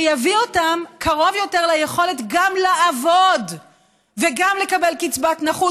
שיביא אותם קרוב יותר גם ליכולת גם לעבוד וגם לקבל קצבת נכות,